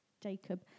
Jacob